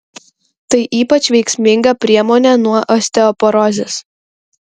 tai ypač veiksminga priemonė nuo osteoporozės